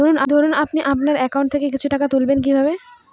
ধরুন আপনি আপনার একাউন্ট থেকে কিছু টাকা তুলবেন কিভাবে?